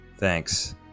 Thanks